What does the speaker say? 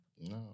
No